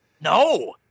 No